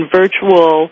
virtual